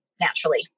naturally